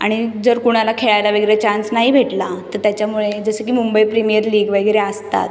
आणि जर कुणाला खेळायला वगैरे चान्स नाही भेटला तर त्याच्यामुळे जसं की मुंबई प्रीमियर लीग वगैरे असतात